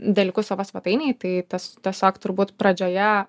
dalykus savo svetainėj tai tas tiesiog turbūt pradžioje